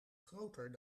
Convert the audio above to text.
groter